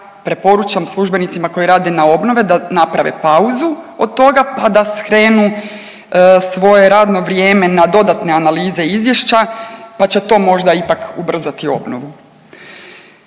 preporučam službenicima koji rade na obnovi da naprave pauzu od toga, pa da skrenu svoje radno vrijeme na dodatne analize i izvješća, pa će to možda ipak ubrzati obnovu.